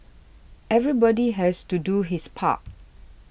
everybody has to do his part